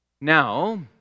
Now